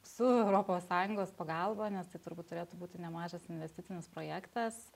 su europos sąjungos pagalba nes tai turbūt turėtų būti nemažas investicinis projektas